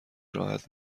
راحت